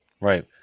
Right